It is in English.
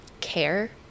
care